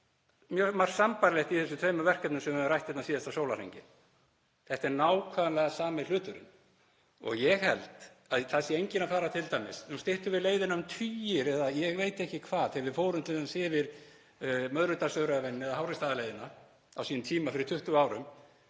mjög margt sambærilegt í þessum tveimur verkefnum sem við höfum rætt hérna síðasta sólarhringinn. Þetta er nákvæmlega sami hluturinn. Ég held að það sé enginn að fara t.d. — nú styttum við leiðina um tugi eða ég veit ekki hvað, þegar við fórum t.d. yfir Möðrudalsöræfin eða Háreksstaðaleiðina á sínum tíma fyrir 20 árum.